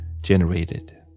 generated